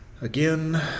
again